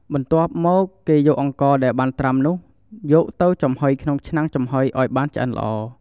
បន្ទាប់មកគេយកអង្ករដែលបានត្រាំនោះ យកទៅចំហុយក្នុងឆ្នាំងចំហុយឲ្យបានឆ្អិនល្អ។